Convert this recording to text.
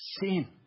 sin